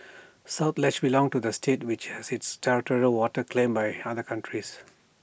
south ledge belonged to the state which has its territorial waters claimed by other countries